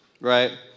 right